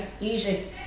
easy